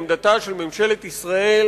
עמדתה של ממשלת ישראל